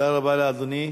תודה רבה לאדוני.